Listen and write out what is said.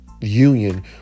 union